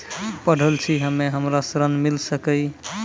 पढल छी हम्मे हमरा ऋण मिल सकई?